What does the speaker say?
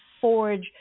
forge